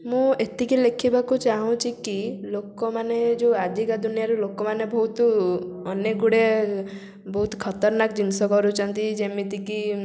ମୁଁ ଏତିକି ଲେଖିବାକୁ ଚାହୁଁଛି କି ଲୋକମାନେ ଯେଉଁ ଆଜିକା ଦୁନିଆରେ ଲୋକ ମାନେ ବହୁତ ଅନେକଗୁଡ଼ିଏ ବହୁତ ଖତରନାକ୍ ଜିନିଷ କରୁଛନ୍ତି ଯେମିତିକି